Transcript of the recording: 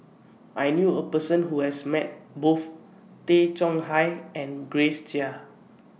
I knew A Person Who has Met Both Tay Chong Hai and Grace Chia